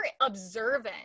observant